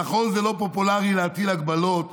נכון, זה לא פופולרי להטיל הגבלות,